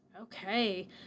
Okay